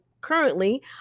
currently